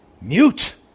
Mute